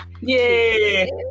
yay